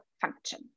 function